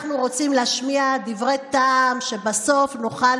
אנחנו רוצים להשמיע דברי טעם כדי שבסוף נוכל